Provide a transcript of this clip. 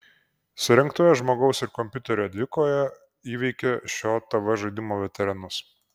surengtoje žmogaus ir kompiuterio dvikovoje įveikė šio tv žaidimo veteranus